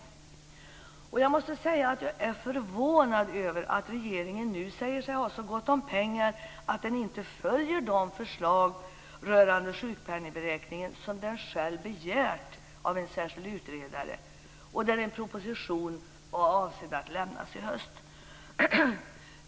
Jag är förvånad över att regeringen nu säger sig ha så gott om pengar att den inte följer de förslag rörande sjukpenningberäkningen som den själv begärt av en särskild utredare och där en proposition var avsedd att lämnas i höst.